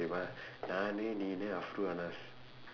next time J_B போகலாம் யாரு தெரியுமா நானு நீ: afro anaz